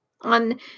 on